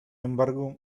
embargo